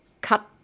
cut